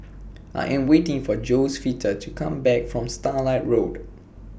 I Am waiting For Josefita to Come Back from Starlight Road